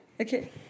okay